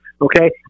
okay